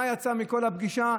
מה יצא מכל הפגישה?